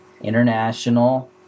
international